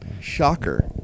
Shocker